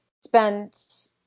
spent